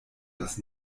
das